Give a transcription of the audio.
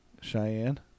Cheyenne